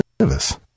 service